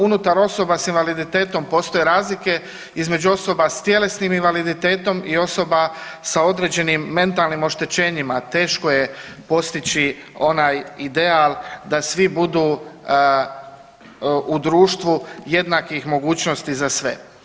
Unutar osoba s invaliditetom postoje razlike između osoba s tjelesnim invaliditetom i osoba sa određenim mentalnim oštećenjima teško će postići onaj ideal da svi budu u društvu jednakih mogućnosti za sve.